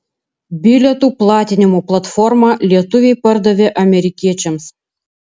bilietų platinimo platformą lietuviai pardavė amerikiečiams